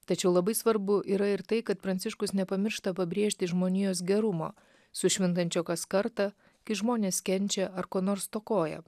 tačiau labai svarbu yra ir tai kad pranciškus nepamiršta pabrėžti žmonijos gerumo sušvintančio kas kartą kai žmonės kenčia ar ko nors stokoja